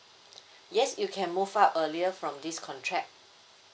yes you can move out earlier from this contract